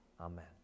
Amen